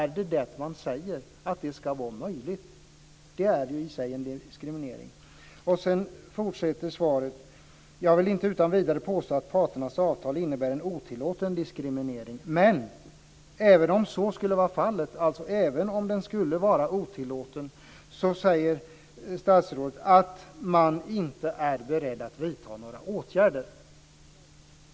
Säger man att det ska vara möjligt? Det är i så fall i sig en diskriminering? Svaret fortsätter: Jag vill inte utan vidare påstå att parternas avtal innebär en otillåten diskriminering. Men, säger statsrådet, även om så skulle vara fallet - alltså även om den skulle vara otillåten - är man inte beredd att vidta några åtgärder.